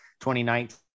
2019